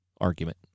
argument